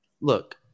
Look